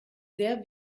sehr